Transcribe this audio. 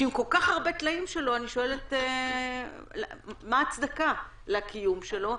שעם כל כך הרבה טלאים שלו אני שואלת מה ההצדקה לקיום שלו,